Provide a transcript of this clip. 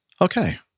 Okay